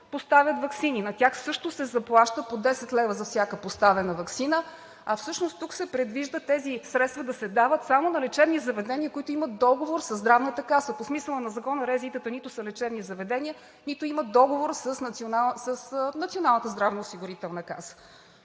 поставят ваксини. На тях също се заплаща по 10 лв. за всяка поставена ваксина, а тук се предвижда тези средства да се дават само на лечебните заведения, които имат договор със Здравната каса. По смисъла на Закона РЗИ-тата нито са лечебни заведения, нито имат договор с Националната здравноосигурителна каса.